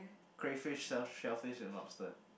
crayfish shell shellfish and lobster